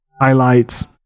highlights